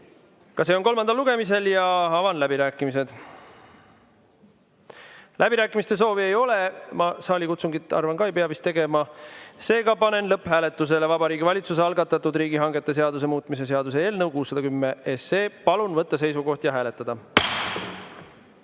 ka see on kolmandal lugemisel. Avan läbirääkimised. Läbirääkimiste soovi ei ole. Ma saalikutsungit, arvan, ka ei pea vist tegema. Seega, panen lõpphääletusele Vabariigi Valitsuse algatatud riigihangete seaduse muutmise seaduse eelnõu 610. Palun võtta seisukoht ja hääletada!